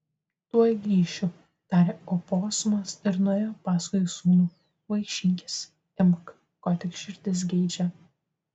tuoj grįšiu tarė oposumas ir nuėjo paskui sūnų vaišinkis imk ko tik širdis geidžia